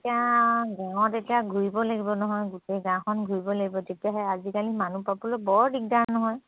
এতিয়া গাঁৱত এতিয়া ঘূৰিব লাগিব নহয় গোটেই গাঁওখন ঘূৰিব লাগিব তেতিয়াহে আজিকালি মানুহ পাবলৈ বৰ দিগদাৰ নহয়